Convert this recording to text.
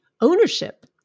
ownership